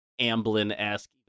Amblin-esque